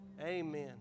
Amen